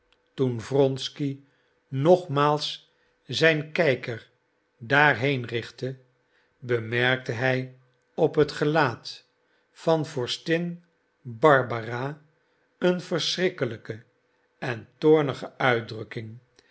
toen wronsky nogmaals zijn kijker daarheen richtte bemerkte hij op het gelaat van vorstin barbara een verschrikkelijke en toornige uitdrukking